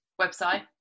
website